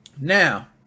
Now